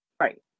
Right